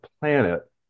planet